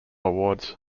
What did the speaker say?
awards